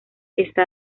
está